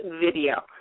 video